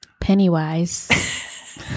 Pennywise